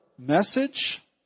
Message